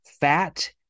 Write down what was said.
fat